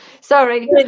sorry